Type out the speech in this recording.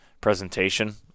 presentation